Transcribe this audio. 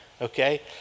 okay